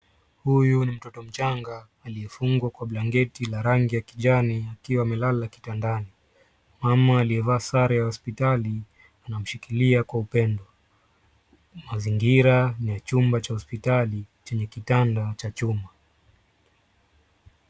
Huyu ni mtoto mchanga aliyefungwa kwa blanketi la rangi ya kijani akiwa amelala kitandani. Mama aliyevaa sare ya hospitali anamshikilia kwa upendo. Mazingira ni ya chumba cha hospitali chenye kitanda cha chuma.